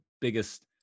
biggest